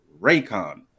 Raycon